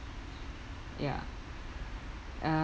ya uh